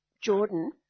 Jordan